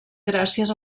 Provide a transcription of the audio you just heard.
gràcies